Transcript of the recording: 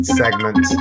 segment